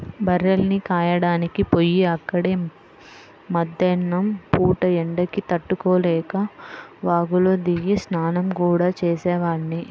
బర్రెల్ని కాయడానికి పొయ్యి అక్కడే మద్దేన్నం పూట ఎండకి తట్టుకోలేక వాగులో దిగి స్నానం గూడా చేసేవాడ్ని